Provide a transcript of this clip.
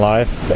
Life